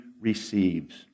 receives